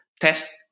test